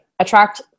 attract